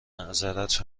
معذرت